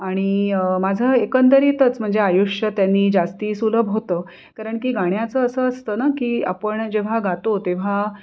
आणि माझं एकंदरीतच म्हणजे आयुष्य त्यांनी जास्त सुलभ होतं कारण की गाण्याचं असं असतं ना की आपण जेव्हा गातो तेव्हा